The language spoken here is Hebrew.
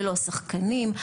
ללא שחקנים.